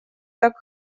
так